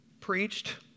preached